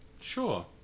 Sure